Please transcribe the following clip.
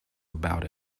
about